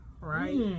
right